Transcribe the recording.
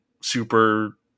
super